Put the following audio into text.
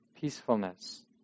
peacefulness